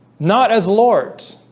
not as lords,